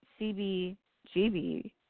CBGB